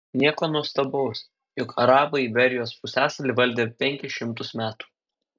nieko nuostabaus juk arabai iberijos pusiasalį valdė penkis šimtus metų